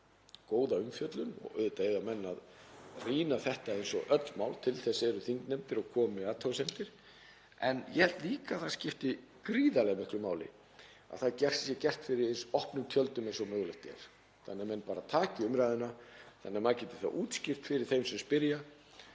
góða umfjöllun og auðvitað eiga menn að rýna þetta eins og öll mál, til þess eru þingnefndir, og koma með athugasemdir. En ég held líka að það skipti gríðarlega miklu máli að það sé gert fyrir opnum tjöldum eins og mögulegt er þannig að menn taki bara umræðuna þannig að maður geti þá útskýrt fyrir þeim sem spyrja: